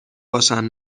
باشن